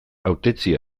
hautetsi